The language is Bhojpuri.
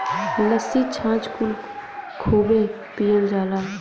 लस्सी छाछ कुल खूबे पियल जाला